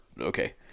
Okay